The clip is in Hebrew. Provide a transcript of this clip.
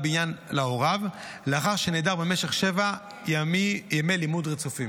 בעניין להוריו לאחר שנעדר במשך שבעה ימי לימוד רצופים.